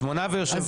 שמונה ויושב ראש.